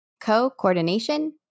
Co-Coordination